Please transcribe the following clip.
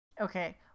Okay